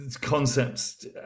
concepts